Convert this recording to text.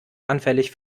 anfällig